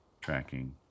tracking